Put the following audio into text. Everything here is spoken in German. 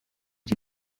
die